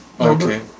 Okay